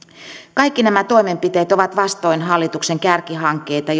kaikki nämä toimenpiteet ovat vastoin hallituksen kärkihankkeita